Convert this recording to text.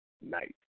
Night